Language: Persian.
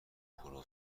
پرو